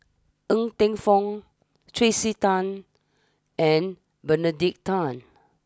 Ng Teng Fong Tracey Tan and Benedict Tan